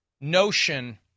notion